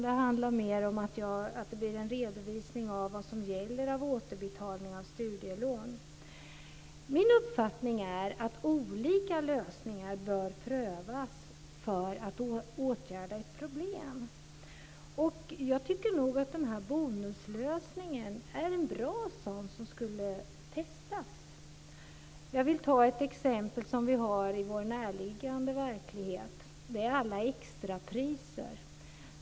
Det blir mer en redovisning av vad som gäller för återbetalning av studielån. Min uppfattning är att olika lösningar bör prövas för att åtgärda ett problem. Jag tycker nog att den här bonuslösningen är en bra sak som skulle testas. Jag vill ta upp ett exempel som vi har i vår närliggande verklighet. Det är alla extrapriser.